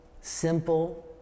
simple